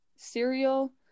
cereal